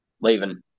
leaving